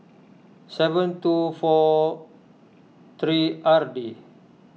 seven two four three R D